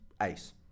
ace